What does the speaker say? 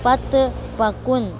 پتہٕ پکُن